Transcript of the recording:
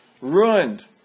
ruined